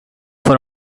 for